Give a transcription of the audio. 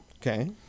Okay